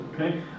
okay